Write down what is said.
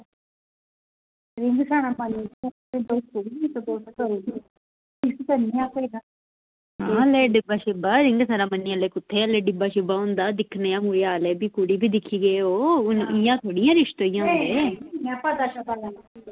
ring ceremony fix करनी ऐ असें हां डिब्बा शिब्बा रिंग सेरामनी अल्ली कुत्थै अल्ली डिब्बा शिब्बा होंदा दिक्खने आं मुड़े आह्ले कुड़ी बी दिक्खी गे ओह् हून इ'यां थोह्ड़ी इयां रिश्ते होंदे इ'यां पता शता लैना